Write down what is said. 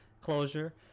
Closure